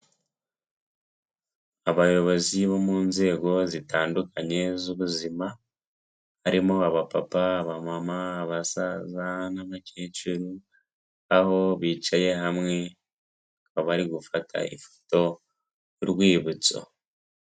Abayobozi bo mu nzego zitandukanye z'ubuzima barimo aba papa, aba mama, abasaza n'abakecuru aho bicaye hamwe bari gufata ifoto y'urwibutso.